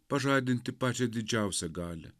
pažadinti pačią didžiausią galią